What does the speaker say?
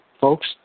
folks